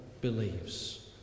believes